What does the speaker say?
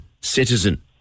citizen